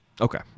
Okay